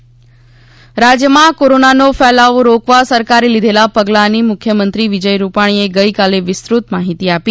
corona Rupani રાજ્યમાં કોરોનાનો ફેલાવો રોકવા સરકારે લીઘેલાં પગલાંની મુખ્યમંત્રી વિજય રૂપાણીએ ગઈકાલે વિસ્તૃત માહિતી આપી